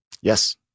yes